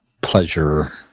pleasure